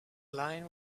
line